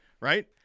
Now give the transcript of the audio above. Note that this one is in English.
Right